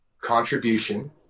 contribution